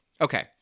Okay